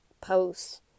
posts